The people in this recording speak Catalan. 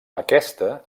aquesta